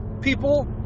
people